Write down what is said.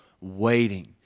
waiting